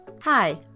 Hi